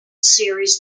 series